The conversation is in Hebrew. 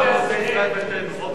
העם רוצה ישראל ביתנו, רוברט.